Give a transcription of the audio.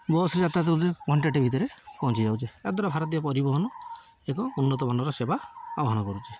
bus ଯାତାୟାତରେ ଘଣ୍ଟାଟେ ଭିତରେ ପହଞ୍ଚି ଯାଉଛେ ଏହା ଦ୍ୱାରା ଭାରତୀୟ ପରିବହନ ଏକ ଉନ୍ନତମାନର ସେବା ଆହ୍ୱାନ କରୁଛି